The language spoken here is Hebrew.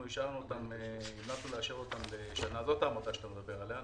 אנחנו המלצנו לאשר אותם לשנה זאת העמותה שאתה מדבר עליה,